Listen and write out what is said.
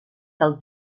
del